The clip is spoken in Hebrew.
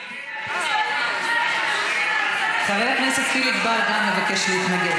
חבר הכנסת חיליק בר גם מבקש להתנגד,